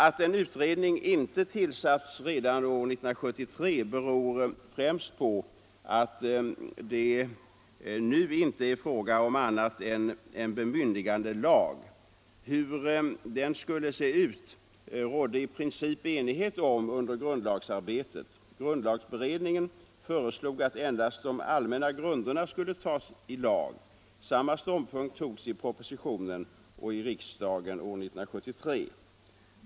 Att en utredning inte tillsattes redan 1973 beror främst på att det inte är fråga om annat än en bemyndigandelag. Hur den skulle se ut rådde det i princip enighet om under grundlagsarbetet. Grundlagberedningen föreslog att endast de allmänna grunderna skulle införas i lag. Samma ståndpunkt intogs i propositionen och av riksdagen 1973.